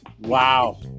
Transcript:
Wow